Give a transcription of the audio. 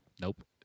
Nope